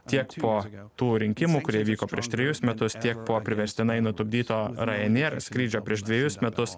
tiek po tų rinkimų kurie vyko prieš trejus metus tiek po priverstinai nutupdyto ryanair skrydžio prieš dvejus metus